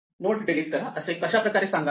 node delete करा असे कशा प्रकारे सांगावे